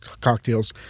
cocktails